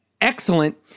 excellent